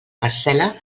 parcel·la